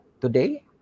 today